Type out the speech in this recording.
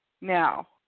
Now